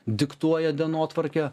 diktuoja dienotvarkę